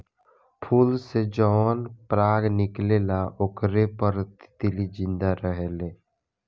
फूल से जवन पराग निकलेला ओकरे पर तितली जिंदा रहेले